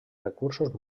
recursos